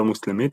לא מוסלמית,